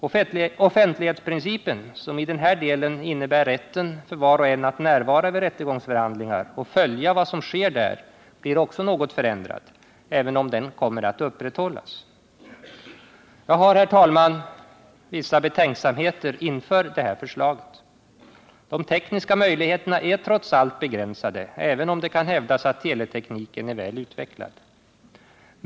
Offentlighetsprincipen, som i den här delen innebär rätten för var och en att närvara vid rättegångsförhandlingar och följa vad som sker där, blir också något förändrad — även om den kommer att upprätthållas. Jag har, herr talman, vissa betänkligheter inför det här förslaget. De tekniska möjligheterna är trots allt begränsade, även om det kan hävdas att tele-tekniken är väl utvecklad.